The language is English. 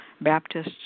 Baptists